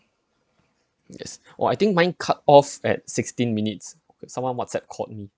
yes or I think mine cut off at sixteen minutes someone whatsapp caught me